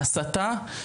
ההסתה,